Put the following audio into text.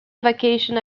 vacation